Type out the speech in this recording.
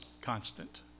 constant